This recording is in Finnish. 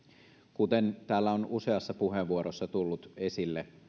kuten täällä on useassa puheenvuorossa tullut esille